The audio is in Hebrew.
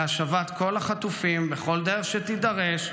להשבת כל החטופים בכל דרך שתידרש,